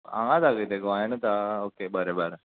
हांगात हां कितें गोंयानूत हां ओके बरें बरें